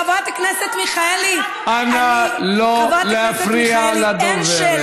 חברת הכנסת מיכאלי, אני, אנא, לא להפריע לדוברת.